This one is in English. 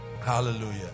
hallelujah